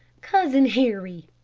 cousin harry!